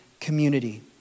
community